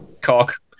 cock